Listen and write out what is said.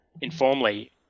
informally